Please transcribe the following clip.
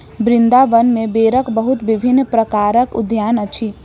वृन्दावन में बेरक बहुत विभिन्न प्रकारक उद्यान अछि